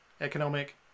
Economic